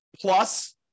plus